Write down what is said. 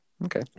Okay